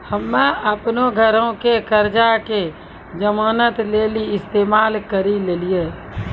हम्मे अपनो घरो के कर्जा के जमानत लेली इस्तेमाल करि लेलियै